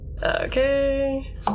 Okay